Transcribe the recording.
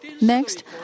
Next